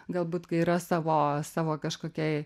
galbūt kai yra savo savo kažkokiai